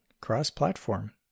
cross-platform